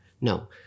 No